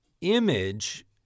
image